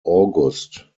august